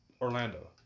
Orlando